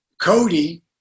Cody